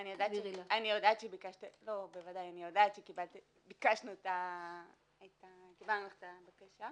אני יודעת שקיבלנו את הבקשה.